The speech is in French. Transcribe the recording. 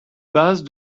bases